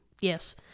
yes